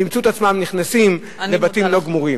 וימצאו את עצמם נכנסים לבתים לא גמורים.